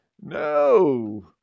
no